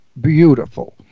beautiful